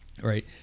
Right